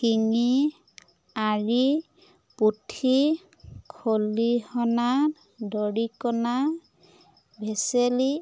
শিঙি আৰি পুঠি খলিহনা দৰিকনা ভেচেলি